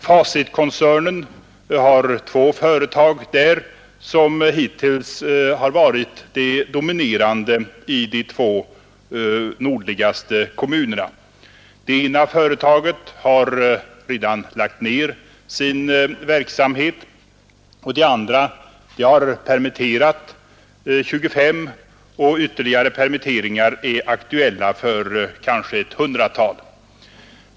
Facitkoncernen har där två företag som hittills varit de dominerande industrierna i de två nordligaste kommunerna. Det ena företaget har redan lagt ned sin verksamhet. Det andra har permitterat 25 man, och ytterligare permitteringar är aktuella för kanske ett hundratal man.